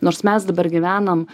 nors mes dabar gyvenam